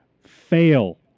Fail